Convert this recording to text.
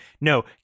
No